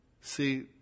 See